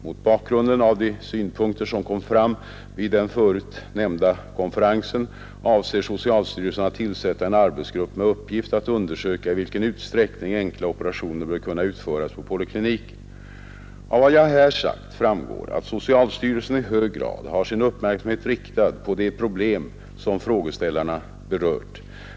Mot bakgrunden av de synpunkter som kom fram vid den förut nämnda konferensen avser socialstyrelsen att tillsätta en arbetsgrupp med uppgift att undersöka i vilken utsträckning enkla operationer bör kunna utföras på polikliniker. Av vad jag här sagt framgår att socialstyrelsen i hög grad har sin uppmärksamhet riktad på de problem som frågeställarna berört.